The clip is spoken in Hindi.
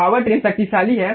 पावर ट्रिम शक्तिशाली है